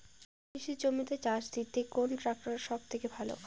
কৃষি জমিতে চাষ দিতে কোন ট্রাক্টর সবথেকে ভালো?